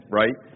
right